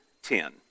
Ten